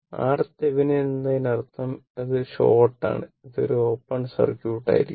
RThevenin എന്നതിനർത്ഥം ഇത് short ആണ് ഇത് ഒരു ഓപ്പൺ സർക്യൂട്ട് ആയിരിക്കും